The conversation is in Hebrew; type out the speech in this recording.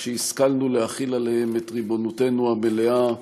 שהשכלנו להחיל עליהם את ריבונותנו המלאה,